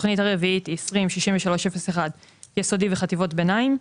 התכנית הרביעית היא 206301, יסודי וחטיבות ביניים,